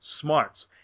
smarts